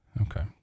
Okay